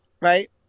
Right